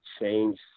change